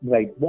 Right